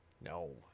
No